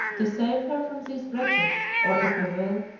to save her from these wretches, or if you will,